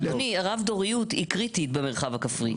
אדוני, הרב דוריות היא קריטית במרחב הכפרי.